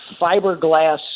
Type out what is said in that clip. fiberglass